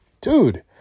dude